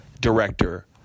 Director